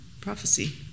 prophecy